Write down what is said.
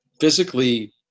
physically